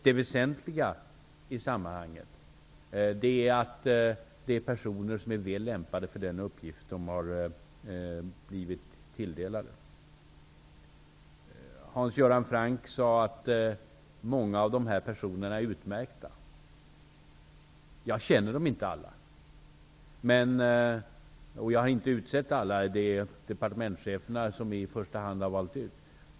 Det väsentliga i sammanhanget är att det är personer som är väl lämpade för den uppgift de har blivit tilldelade. Hans Göran Franck sade att många av dessa personer är utmärkta. Jag känner inte alla, och jag har inte utsett alla. Det är i första hand departementscheferna som har valt ut.